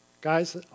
guys